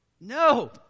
No